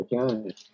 okay